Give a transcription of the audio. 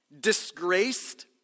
disgraced